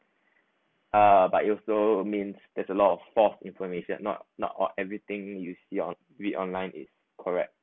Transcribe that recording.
uh but it also means there's a lot of false information not not all everything you see on~ read online is correct